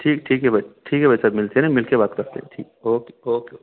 ठीक ठीक है भाई ठीक है भाई साहब मिलते हैं ना मिल कर बात करते हैं ठीक ओके ओके